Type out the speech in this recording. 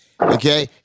Okay